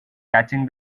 catching